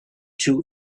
two